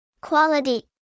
Quality